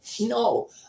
No